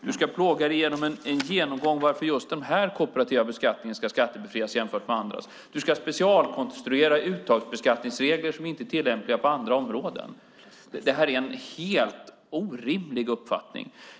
Du ska plåga dig igenom en genomgång av varför just den här kooperativa beskattningen ska skattebefrias. Du ska specialkonstruera uttagsbeskattningsregler som inte är tillämpliga på andra områden. Det här är en helt orimlig uppfattning.